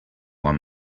won